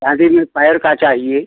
चाँदी में पैर का चाहिए